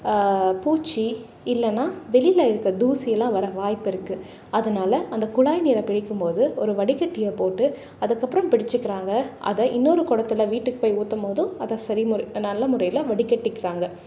பூச்சி இல்லைன்னா வெளியில இருக்க தூசியெலாம் வர வாய்ப்பு இருக்குது அதனால் அந்த குழாய் நீரை பிடிக்கும்போது ஒரு வடிக்கட்டியை போட்டு அதுக்கப்புறம் பிடிச்சிக்கிறாங்க அதை இன்னொரு கொடத்தில் வீட்டுக்கு போய் ஊற்றும்மோதும் அதை சரி முறை நல்ல முறையில் வடிக்கட்டிக்கிறாங்க